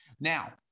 Now